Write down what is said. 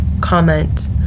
comment